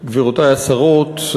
תודה לך, גבירותי השרות,